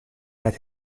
had